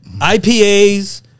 IPAs